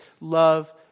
love